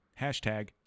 Hashtag